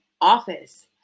office